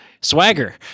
swagger